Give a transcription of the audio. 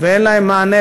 ואין להם מענה,